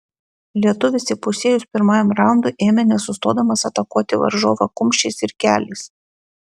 lietuvis įpusėjus pirmajam raundui ėmė nesustodamas atakuoti varžovą kumščiais ir keliais